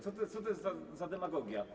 Co to jest za demagogia?